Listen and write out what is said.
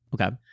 Okay